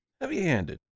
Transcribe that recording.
heavy-handed